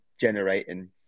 generating